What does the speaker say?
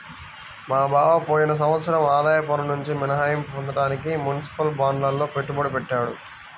మా బావ పోయిన సంవత్సరం ఆదాయ పన్నునుంచి మినహాయింపు పొందడానికి మునిసిపల్ బాండ్లల్లో పెట్టుబడి పెట్టాడు